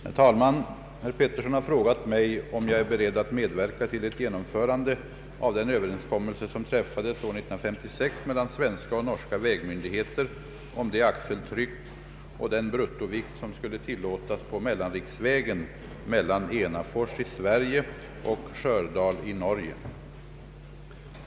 Herr talman! Herr Karl Pettersson har frågat mig om jag är beredd att medverka till ett genomförande av den överenskommelse som träffades år 1956 mellan svenska och norska vägmyndigheter om det axeltryck och den bruttovikt som skulle tillåtas på mellanriksvägen mellan Enafors i Sverige och Stjördal i Norge.